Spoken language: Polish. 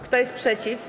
Kto jest przeciw?